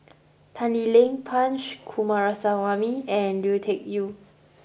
Tan Lee Leng Punch Coomaraswamy and Lui Tuck Yew